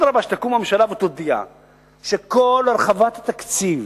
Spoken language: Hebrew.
אדרבה, שתקום הממשלה ותודיע שכל הרחבת התקציב,